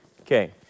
Okay